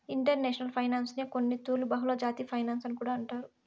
international ఫైనాన్సునే కొన్నితూర్లు బహుళజాతి ఫినన్సు అని కూడా అంటారు